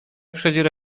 przychodzi